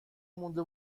مونده